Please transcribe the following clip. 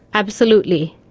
absolutely.